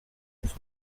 apfa